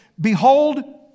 Behold